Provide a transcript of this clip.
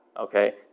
okay